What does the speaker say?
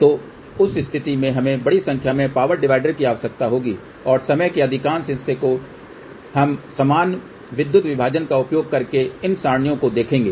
तो उस स्थिति में हमें बड़ी संख्या में पावर डिवाइडर की आवश्यकता होगी और समय के अधिकांश हिस्से को हम समान विद्युत विभाजन का उपयोग करके इन सरणियों को देगें